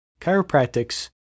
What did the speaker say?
chiropractics